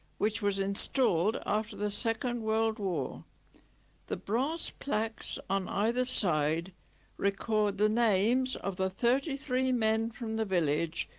which was installed after the second world war the brass plaques on either side record the names of the thirty three men from the village.